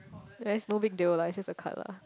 there is no big deal lah it's just a card lah